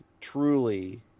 truly